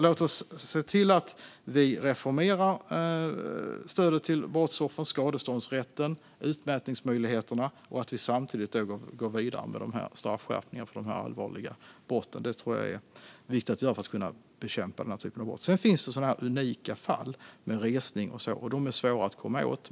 Låt oss reformera stödet till brottsoffer, skadeståndsrätten och utmätningsmöjligheten samtidigt som vi går vidare med straffskärpningar för allvarliga brott för att bekämpa dem. Det finns unika fall med resning, och de är svåra att komma åt.